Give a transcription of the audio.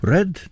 Red